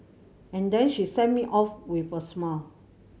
and then she sent me off with a smile